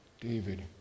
David